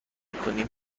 کنیم